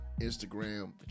Instagram